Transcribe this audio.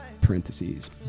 Parentheses